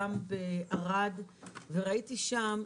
גם בערד וראיתי שם,